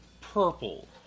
purple